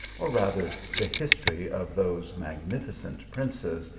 or rather the history of those magnificent princes,